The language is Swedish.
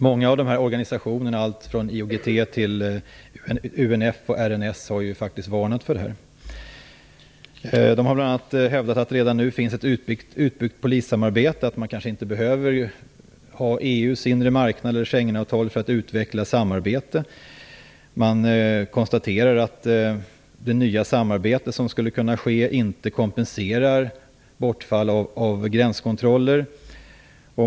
Många organisationer - allt från IOGT till UNF och RNS - har faktiskt varnat för detta. De har bl.a. hävdat att det redan nu finns ett utbyggt polissamarbete. Man kanske inte behöver ha EU:s inre marknad, eller Schengenavtalet, för att utveckla ett samarbete. Man konstaterar att det nya samarbetet inte kompenserar bortfallet av gränskontroller.